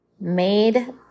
made